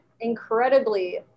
incredibly